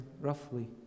roughly